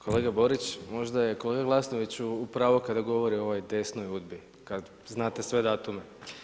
Kolega Borić, možda je kolega Glasnović u pravu, kada govori o ovoj desnoj udbi, kada znate sve datume.